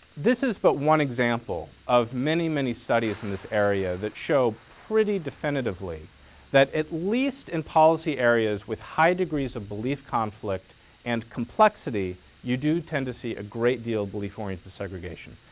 this is but one example of many, many studies in this area that show pretty definitively that at least in policy areas with high degrees of belief conflict and complexity you do tend to see a great deal of belief-oriented segregation.